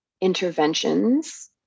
interventions